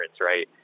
right